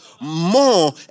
more